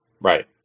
Right